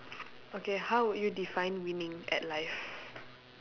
okay how would you define winning at life